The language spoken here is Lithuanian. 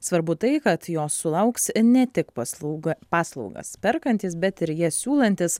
svarbu tai kad jos sulauks ne tik paslauga paslaugas perkantys bet ir jas siūlantis